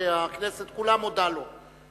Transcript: שהכנסת כולה מודה לו.